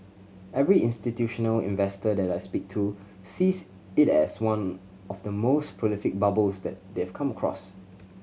every institutional investor that I speak to sees it as one of the most prolific bubbles that they've come across